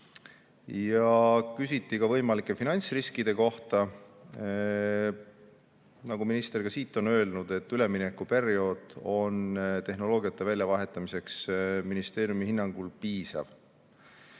Küsiti ka võimalike finantsriskide kohta. Nagu minister siingi on öelnud, üleminekuperiood tehnoloogiate väljavahetamiseks on ministeeriumi hinnangul piisav.